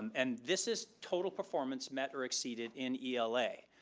and this is total performance met or exceeded in ela.